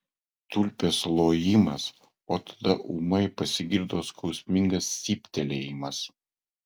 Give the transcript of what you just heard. tulpės lojimas o tada ūmai pasigirdo skausmingas cyptelėjimas